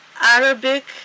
Arabic